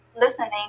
listening